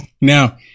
Now